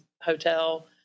hotel